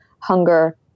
hunger